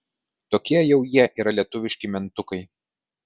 tokie jau jie yra lietuviški mentukai